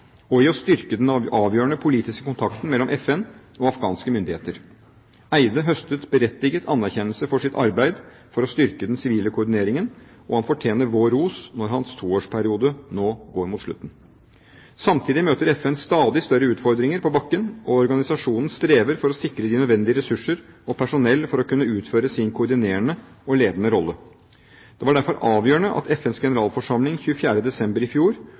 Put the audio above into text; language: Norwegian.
og i å styrke den avgjørende politiske kontakten mellom FN og afghanske myndigheter. Eide høstet berettiget anerkjennelse for sitt arbeid for å styrke den sivile koordineringen, og han fortjener vår ros når hans toårsperiode nå går mot slutten. Samtidig møter FN stadig større utfordringer på bakken, og organisasjonen strever for å sikre de nødvendige ressurser og personell for å kunne utføre sin koordinerende og ledende rolle. Det var derfor avgjørende at FNs generalforsamling 24. desember i fjor